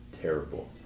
terrible